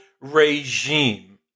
regime